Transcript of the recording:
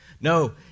No